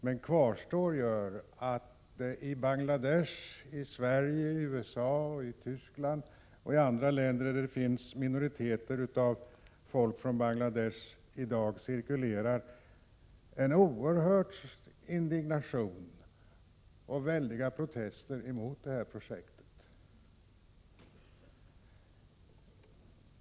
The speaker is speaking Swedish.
Men kvar står att i Bangladesh, i Sverige, i USA, i Västtyskland och i andra länder där det finns minoriteter bestående av personer från Bangladesh förekommer i dag en oerhört stark indignation och riktas kraftiga protester mot detta projekt.